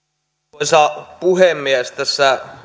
arvoisa puhemies tässä